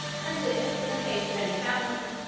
and if, in the case of any family,